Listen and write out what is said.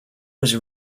was